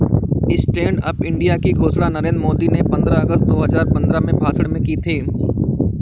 stand up India की घोषणा नरेंद्र मोदी ने पंद्रह अगस्त दो हजार पंद्रह में भाषण में की थी